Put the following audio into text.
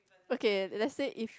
okay let's say if